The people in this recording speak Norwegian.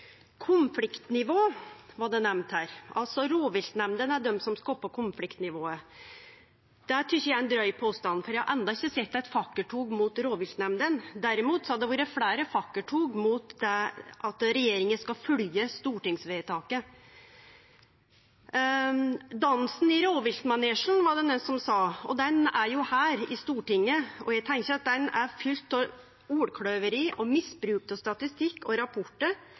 Konfliktnivå var nemnt her – rovviltnemndene er dei som skaper konfliktnivået. Det tykkjer eg er ein dryg påstand, for eg har enno ikkje sett eit fakkeltog mot rovviltnemndene. Derimot har det vore fleire fakkeltog mot at regjeringa skal følgje stortingsvedtaket. Dansen i rovviltmanesjen var det nokon som sa. Han er jo her, i Stortinget, og eg tenkjer at han er fylt av ordkløyveri og misbruk av statistikk og